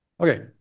okay